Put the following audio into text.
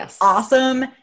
awesome